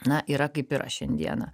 na yra kaip yra šiandieną